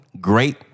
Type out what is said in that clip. great